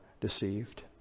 deceived